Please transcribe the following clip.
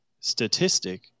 statistic